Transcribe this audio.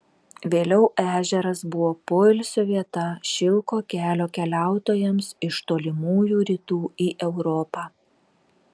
vėliau ežeras buvo poilsio vieta šilko kelio keliautojams iš tolimųjų rytų į europą